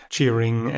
Cheering